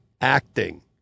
acting